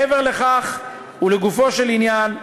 מעבר לכך ולגופו של עניין,